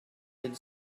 had